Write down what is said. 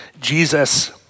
Jesus